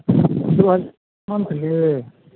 दू हजार मंथली